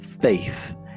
faith